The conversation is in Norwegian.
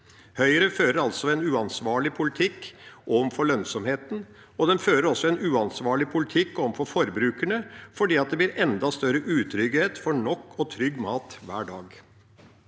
Høyre fører altså en uansvarlig politikk overfor lønnsomheten, og de fører også en uansvarlig politikk overfor forbrukerne, for det blir enda større utrygghet for nok og trygg mat hver dag.